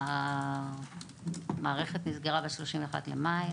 המערכת נסגרה ב-31 במאי,